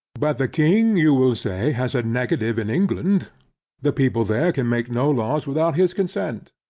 but the king you will say has a negative in england the people there can make no laws without his consent.